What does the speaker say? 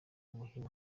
muhima